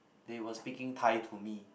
they were speaking Thai to me